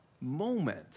moment